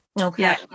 Okay